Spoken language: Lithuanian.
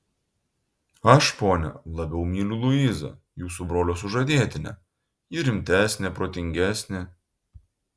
aš ponia labiau myliu luizą jūsų brolio sužadėtinę ji rimtesnė protingesnė